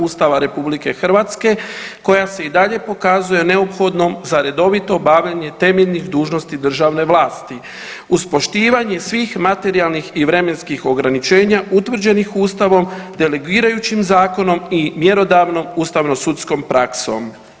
Ustava RH koja se i dalje pokazuje neophodnom za redovito obavljanje temeljnih dužnosti državne vlasti uz poštivanje svih materijalnih i vremenskih ograničenja utvrđenih Ustavom, delegirajućim zakonom i mjerodavnom ustavnosudskom praksom.